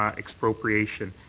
um expropriation.